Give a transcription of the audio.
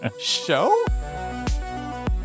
show